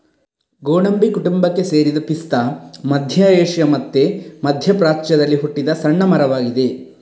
ಗೋಡಂಬಿ ಕುಟುಂಬಕ್ಕೆ ಸೇರಿದ ಪಿಸ್ತಾ ಮಧ್ಯ ಏಷ್ಯಾ ಮತ್ತೆ ಮಧ್ಯ ಪ್ರಾಚ್ಯದಲ್ಲಿ ಹುಟ್ಟಿದ ಸಣ್ಣ ಮರವಾಗಿದೆ